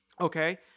okay